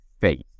faith